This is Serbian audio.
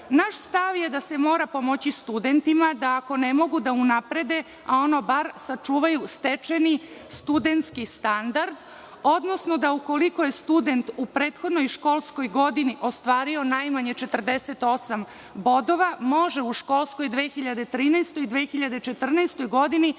naš stav je da se mora pomoći studentima da ako ne mogu da unaprede, ono bar sačuvaju stečeni studenski standard, odnosno da ukoliko je student u prethodnoj školskoj godini ostvario najmanje 48 bodova, može u školskoj 2013. - 2014. godini